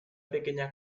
pequeña